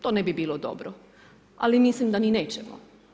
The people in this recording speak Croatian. To ne bi bilo dobro ali mislim da ni nećemo.